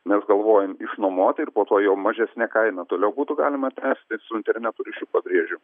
mes galvojom išnuomoti ir po to jau mažesne kaina toliau būtų galima tęsti su interneto ryšiu pabrėžiu